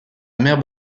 mer